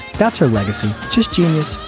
that's her legacy. just genius